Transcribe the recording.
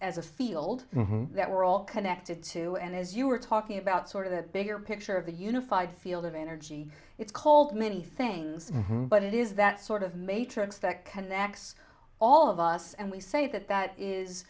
as a field that we're all connected to and as you were talking about sort of the bigger picture of the unified field of energy it's cold many things but it is that sort of matrix second acts all of us and we say that that is